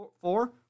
four